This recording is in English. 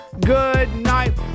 goodnight